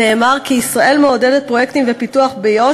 נאמר כי ישראל מעודדת פרויקטים ופיתוח ביהודה